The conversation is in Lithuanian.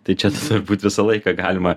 tai čia turbūt visą laiką galima